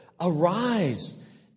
Arise